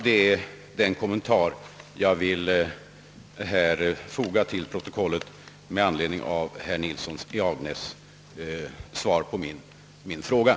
Detta är den kommentar jag vill foga till protokollet med anledning av herr Nilssons i Agnäs synpunkter på mitt svar.